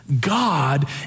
God